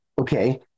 okay